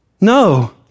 No